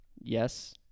Yes